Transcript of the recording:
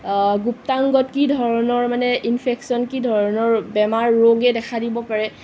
গুপ্তাংগত কি ধৰণৰ মানে ইনফেক্সন কি ধৰণৰ বেমাৰ ৰৈগে দেখা দিব পাৰে আমাৰ